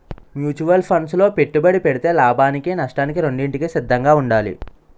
mutual funds లో పెట్టుబడి పెడితే లాభానికి నష్టానికి రెండింటికి సిద్ధంగా ఉండాలి